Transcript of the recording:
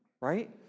right